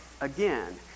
again